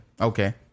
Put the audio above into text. Okay